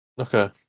Okay